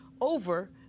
over